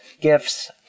gifts